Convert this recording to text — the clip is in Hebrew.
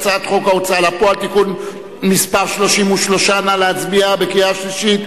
הצעת חוק ההוצאה לפועל (תיקון מס' 33). נא להצביע בקריאה שלישית.